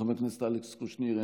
חבר הכנסת אלכס קושניר,